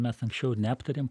mes anksčiau ir neaptarėm